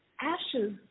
Ashes